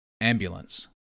Ambulance